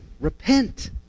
repent